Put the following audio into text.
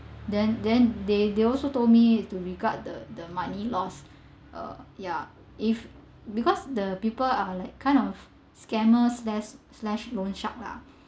then then they they also told me to regard the the money as lost uh ya if because the people are like kind of scammer slash~ slashed loan shark lah